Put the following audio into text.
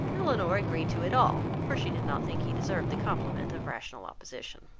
elinor agreed to it all, for she did not think he deserved the compliment of rational opposition.